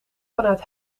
vanuit